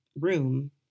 room